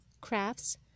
crafts